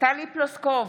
טלי פלוסקוב,